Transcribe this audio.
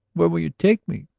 where would you take me?